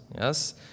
Yes